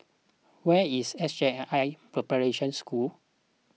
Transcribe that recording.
where is S J I I Preparation School